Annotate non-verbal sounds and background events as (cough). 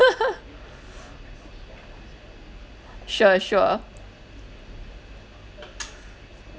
(laughs) sure sure